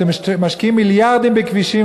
אתם משקיעים מיליארדים בכבישים,